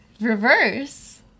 reverse